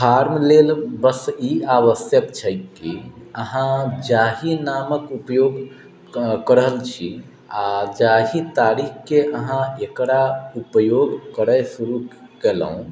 farm लेल बस ई आवश्यक छै कि अहाँ जाही नामक उपयोग कऽ रहल छी आ जाही तारीखके अहाँ एकरा ऊपयोग करए शुरू केलहुँ